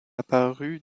apparues